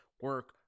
Work